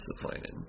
disappointed